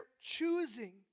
choosing